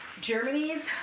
Germany's